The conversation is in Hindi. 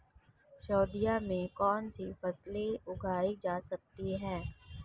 सर्दियों में कौनसी फसलें उगाई जा सकती हैं?